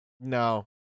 No